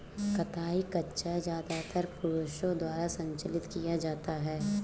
कताई खच्चर ज्यादातर पुरुषों द्वारा संचालित किया जाता था